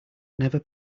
never